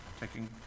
taking